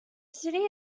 city